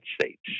States